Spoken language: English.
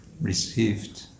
received